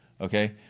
okay